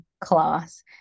class